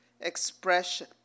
expression